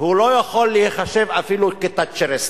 הוא לא יכול להיחשב אפילו תאצ'ריסט,